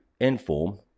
inform